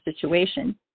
situation